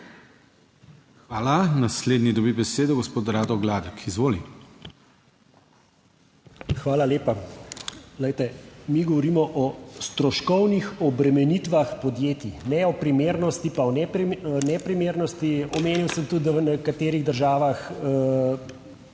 Hvala. Naslednji dobi besedo gospod Rado Gladek, izvoli. **RADO GLADEK (PS SDS):** Hvala lepa. Glejte, mi govorimo o stroškovnih obremenitvah podjetij, ne o primernosti pa o neprimernosti. Omenil sem tudi, da v nekaterih državah